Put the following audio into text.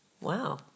Wow